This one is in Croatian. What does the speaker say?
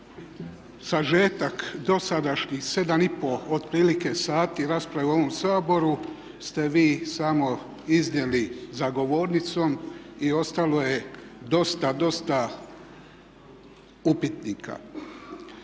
sažetak dosadašnjih 7,5 otprilike sati i rasprave u ovom Saboru ste vi samo iznijeli za govornicom i ostalo je dosta, dosta upitnika.